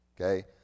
Okay